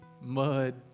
mud